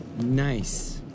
nice